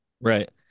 right